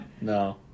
No